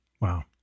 Wow